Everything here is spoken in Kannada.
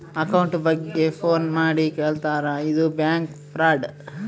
ಅಕೌಂಟ್ ಬಗ್ಗೆ ಫೋನ್ ಮಾಡಿ ಕೇಳ್ತಾರಾ ಇದು ಬ್ಯಾಂಕ್ ಫ್ರಾಡ್